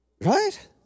Right